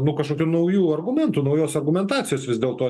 nu kažkokių naujų argumentų naujos argumentacijos vis dėlto